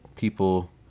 People